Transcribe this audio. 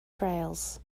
trails